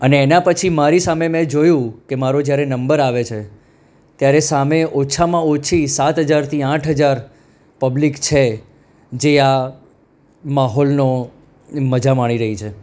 અને એના પછી મેં મારી સામે જોયું કે મારો જ્યારે નંબર આવે છે ત્યારે સામે ઓછામાં ઓછી સાત હજારથી આઠ હજાર પબ્લિક છે જે આ માહોલનો મજા માણી રહી છે